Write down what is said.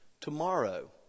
Tomorrow